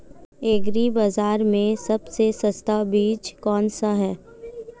Agree बाज़ार में सबसे सस्ता बीज कौनसा है?